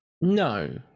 No